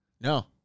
No